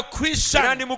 Christian